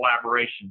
collaboration